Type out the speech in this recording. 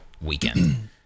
weekend